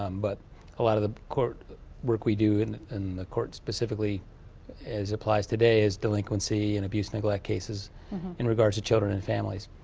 um but a lot of the court work we do, and the court specifically as applies today is delinquency and abuse neglect cases in regards to children and families.